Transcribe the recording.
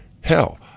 Hell